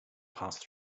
passed